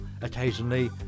occasionally